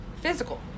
physical